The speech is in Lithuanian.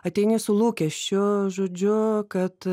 ateini su lūkesčiu žodžiu kad